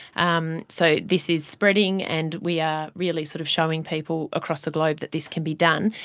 um so this is spreading and we are really sort of showing people across the globe that this can be done.